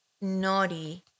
naughty